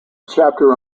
chapter